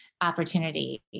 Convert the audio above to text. opportunity